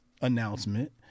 announcement